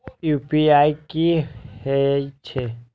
UPI की हेछे?